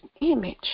image